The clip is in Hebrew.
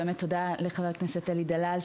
תודה לחבר הכנסת אלי דלל,